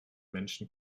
menschen